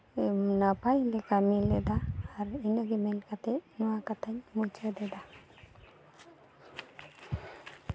ᱱᱟᱯᱟᱭ ᱞᱮ ᱠᱟᱹᱢᱤ ᱞᱮᱫᱟ ᱟᱨ ᱤᱱᱟᱹ ᱜᱮ ᱢᱮᱱ ᱠᱟᱛᱮ ᱱᱚᱣᱟ ᱠᱟᱛᱷᱟᱧ ᱢᱩᱪᱟᱹᱫ ᱮᱫᱟ